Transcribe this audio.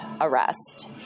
arrest